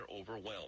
overwhelmed